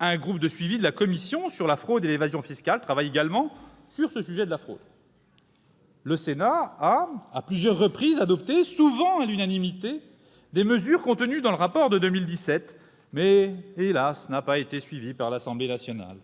un groupe de suivi de la commission sur la fraude et l'évasion fiscales travaille également sur le sujet de la fraude. Le Sénat a adopté à plusieurs reprises, souvent à l'unanimité, des mesures contenues dans le rapport de 2017, mais notre assemblée, hélas ! n'a pas été suivie par l'Assemblée nationale.